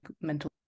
mental